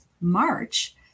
March